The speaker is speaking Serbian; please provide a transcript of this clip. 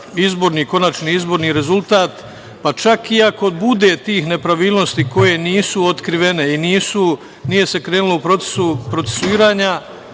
na konačni izborni rezultat, pa čak i ako bude tih nepravilnosti koje nisu otkrivene, nije se krenulo u proces procesuiranja,